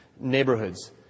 neighborhoods